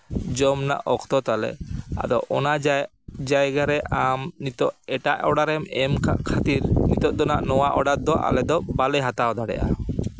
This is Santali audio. ᱡᱚᱢ ᱨᱮᱱᱟᱜ ᱚᱠᱛᱚ ᱛᱟᱞᱮ ᱟᱫᱚ ᱚᱱᱟ ᱡᱮᱭ ᱡᱟᱭᱜᱟ ᱨᱮ ᱟᱢ ᱱᱤᱛᱚᱜ ᱮᱴᱟᱜ ᱚᱰᱟᱨ ᱨᱮᱢ ᱮᱢ ᱠᱟᱜ ᱠᱷᱟᱹᱛᱤᱨ ᱱᱤᱛᱚᱜ ᱫᱚᱦᱟᱸᱜ ᱱᱚᱣᱟ ᱚᱰᱟᱨ ᱫᱚ ᱟᱞᱮ ᱫᱚ ᱵᱟᱞᱮ ᱦᱟᱛᱟᱣ ᱫᱟᱲᱮᱭᱟᱜᱼᱟ